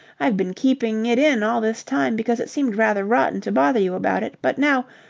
i've been keeping it in all this time because it seemed rather rotten to bother you about it, but now.